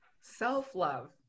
Self-love